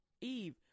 Eve